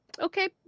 okay